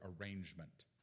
arrangement